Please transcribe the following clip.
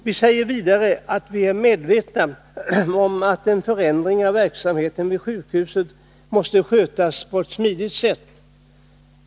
Vi säger vidare att vi är medvetna om att en förändring av verksamheten vid sjukhuset måste skötas på ett smidigt sätt.